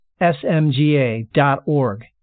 smga.org